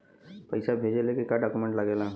पैसा भेजला के का डॉक्यूमेंट लागेला?